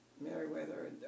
Meriwether